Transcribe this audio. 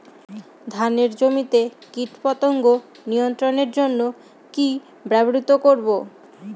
ধানের জমিতে কীটপতঙ্গ নিয়ন্ত্রণের জন্য কি ব্যবহৃত করব?